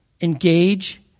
Engage